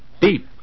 Deep